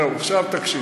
זהו, עכשיו תקשיב.